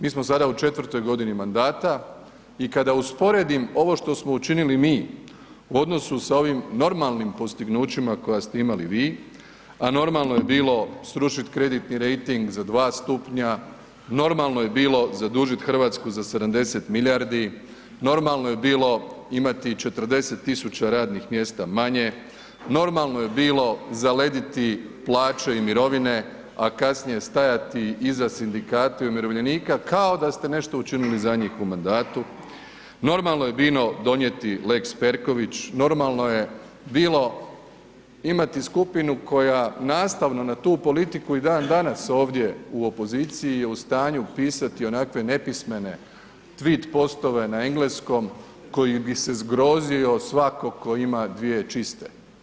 Mi smo sada u četvrtoj godini mandata i kada usporedim ovo što smo učinili mi u odnosu sa ovim normalnim postignućima koja ste imali vi a normalno je bilo srušiti kreditni rejting za dva stupnja, normalno je bilo zadužiti Hrvatsku za 70 milijardi, normalno je bilo imati 40 000 radnih mjesta manje, normalno je bilo zalediti plaće i mirovine a kasnije stajati iza sindikata i umirovljenika kao da ste nešto učiniti za njih u mandatu, normalno je bilo donijeti lex Perković, normalno je bilo imati skupinu koja nastavno na tu politiku i dandanas ovdje u opoziciji je u stanju pisati onakve nepismene tweet postove na engleskom koji bi se zgrozio svako tko ima dvije čiste.